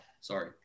Sorry